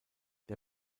der